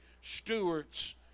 stewards